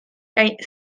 kaj